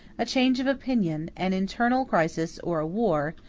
a change of opinion, an internal crisis, or a war,